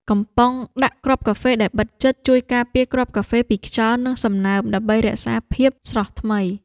កំប៉ុងដាក់គ្រាប់កាហ្វេដែលបិទជិត ជួយការពារគ្រាប់កាហ្វេពីខ្យល់ និងសំណើមដើម្បីរក្សាភាពស្រស់ថ្មី។